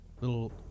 little